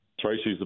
Tracy's